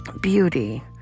beauty